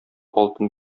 алтын